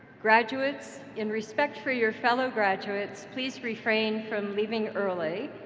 graduates, in respect for your fellow graduates, please refrain from leaving early.